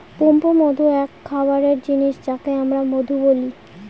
পুষ্পমধু এক খাবারের জিনিস যাকে আমরা মধু বলি